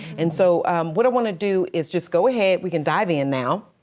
and so what i want to do is just go ahead, we can dive in now.